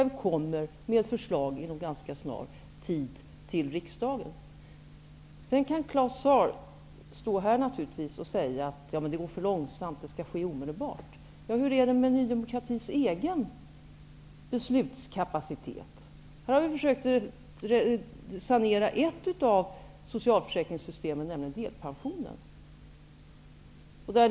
Vi kommer med ett förslag till riksdagen inom en ganska snar tid. Claus Zaar kan naturligtvis stå här och säga att det går för långsamt och att det omedelbart skall ske något. Hur är det med Ny demokratis egen beslutskapacitet? Vi har försökt att sanera ett av socialförsäkringssystemen, nämligen delpensionen.